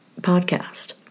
podcast